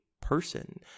person